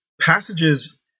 Passages